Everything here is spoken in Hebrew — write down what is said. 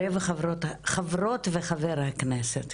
חברות וחבר הכנסת,